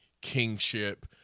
kingship